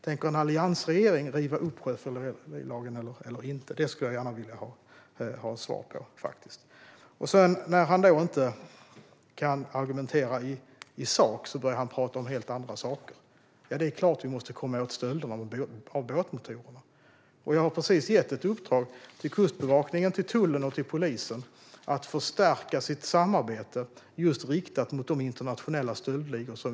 Tänker en alliansregering riva upp sjöfyllerilagen eller inte? Det vill jag gärna ha svar på. När Lars Beckman inte kan argumentera i sak börjar han prata om helt andra saker. Det är klart att vi måste komma åt stölderna av båtmotorerna. Jag har precis gett ett uppdrag till Kustbevakningen, tullen och polisen att förstärka sitt samarbete just riktat mot de internationella stöldligorna.